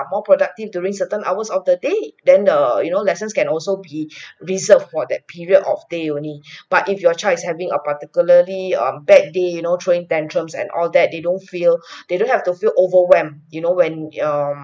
are more productive during certain hours of the day than err you know lessons can also be reserved for that period of day only but if your child is having a particularly um bad day you know throwing tantrums and all that they don't feel they don't have to feel overwhelmed you know when um